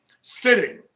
sitting